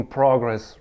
progress